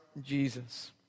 Jesus